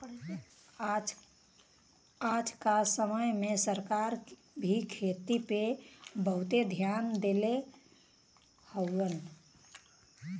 आज क समय में सरकार भी खेती पे बहुते धियान देले हउवन